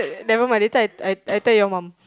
the never mind later I I I tell your mum